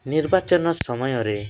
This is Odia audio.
ନିର୍ବାଚନ ସମୟରେ